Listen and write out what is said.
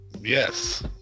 Yes